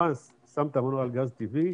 מרגע ששמת מנוע על גז טבעי,